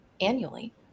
annually